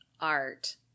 art